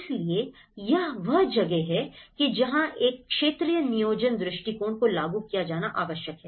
इसलिए यह वह जगह है जहां एक क्षेत्रीय नियोजन दृष्टिकोण को लागू किया जाना आवश्यक है